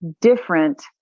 different